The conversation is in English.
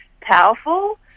powerful